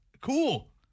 Cool